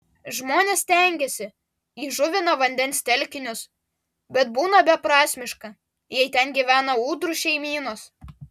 žmonės stengiasi įžuvina vandens telkinius bet būna beprasmiška jei ten gyvena ūdrų šeimynos